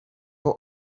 were